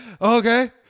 okay